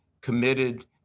committed